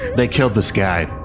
they killed this guy,